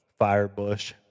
Firebush